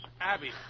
Abby